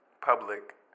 public